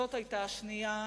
וזאת היתה השנייה,